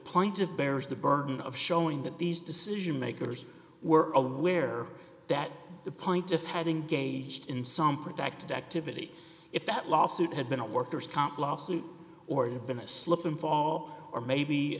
point of bears the burden of showing that these decision makers were aware that the point of having gauged in some protected activity if that lawsuit had been a workers comp lawsuit or you've been a slip and fall or